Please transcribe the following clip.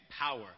power